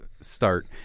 start